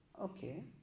okay